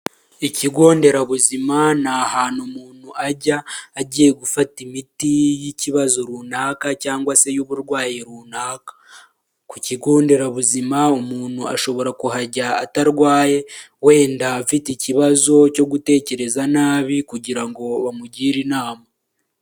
Ikigo nderabuzima ni ahantu umuntu ajya agiye gufata imiti y'ikibazo runaka cyangwa se y'uburwayi runaka, ku kigo nderabuzima umuntu ashobora kuhajya atarwaye wenda afite ikibazo cyo gutekereza nabi kugira ngo bamugire inama.